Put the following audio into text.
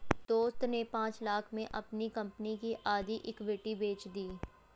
दोस्त ने पांच लाख़ में अपनी कंपनी की आधी इक्विटी बेंच दी